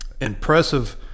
impressive